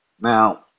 Now